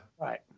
right